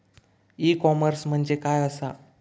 E commerce म्हणजे काय असा?